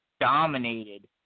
dominated